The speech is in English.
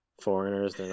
foreigners